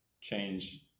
change